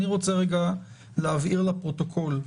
אני רוצה להבהיר לפרוטוקול,